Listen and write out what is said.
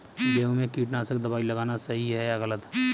गेहूँ में कीटनाशक दबाई लगाना सही है या गलत?